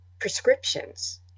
prescriptions